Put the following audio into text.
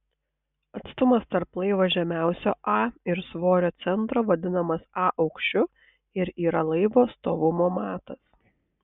atstumas tarp laivo žemiausio a ir svorio centro vadinamas a aukščiu ir yra laivo stovumo matas